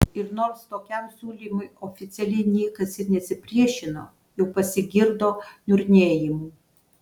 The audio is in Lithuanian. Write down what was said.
ir nors tokiam siūlymui oficialiai niekas ir nesipriešino jau pasigirdo niurnėjimų